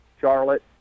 Charlotte